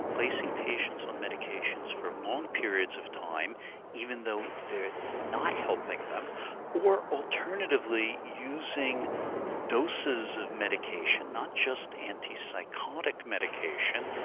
placing patients on medications for long periods of time even though it's not helping them or, alternatively, using doses of medication, not just antipsychotic medication,